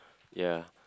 ya